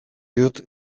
dut